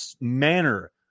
manner